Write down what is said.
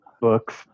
books